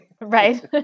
right